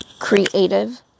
Creative